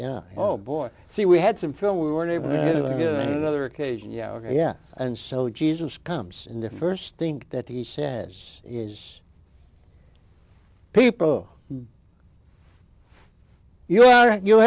yeah oh boy see we had some film we weren't able to get other occasion yeah yeah and so jesus comes in the st think that he says is people go you are